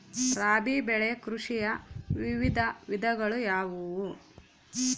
ರಾಬಿ ಬೆಳೆ ಕೃಷಿಯ ವಿವಿಧ ವಿಧಗಳು ಯಾವುವು?